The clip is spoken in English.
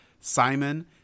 Simon